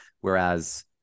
Whereas